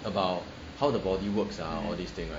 about how the body works ah all this thing right